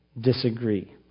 disagree